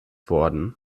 worden